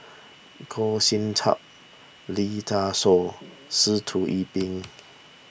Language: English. Goh Sin Tub Lee Dai Soh Sitoh Yih Pin